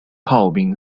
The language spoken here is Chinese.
炮兵